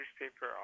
newspaper